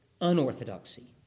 unorthodoxy